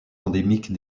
endémique